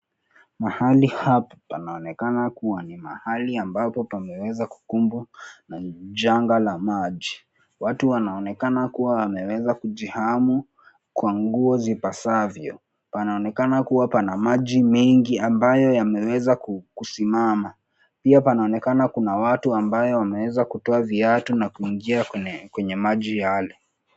Mahali hapa panaonekana kua ni mahali ambapo pameweza kukumbwa na janga la maji. Watu wanaonekana kuwa wameweza kujihamu kwa nguo zipasavyo. Panaonekana kua pana maji mengi ambayo yameweza kusimama. Pia panaoneka kuna watu ambayo wameweza kutoa viatu na kuingia kwenye maji yale.